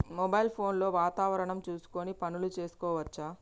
Mobile phone లో వాతావరణం చూసుకొని పనులు చేసుకోవచ్చా?